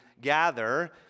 gather